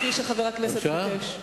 כפי שחבר הכנסת ביקש.